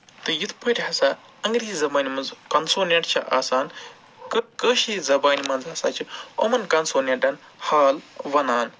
تہٕ یِتھ پٲٹھۍ ہسا انٛگریزی زبانہِ منٛز کَنسونٮ۪نٛٹ چھِ آسان کٔہ کٲشِر زبانہِ منٛز ہَسا چھِ یِمَن کَنسونٮ۪نٛٹَن ہال وَنان